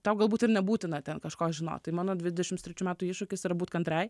tau galbūt ir nebūtina ten kažko žinot tai mano dvidešims trečių metų iššūkis yra būt kantriai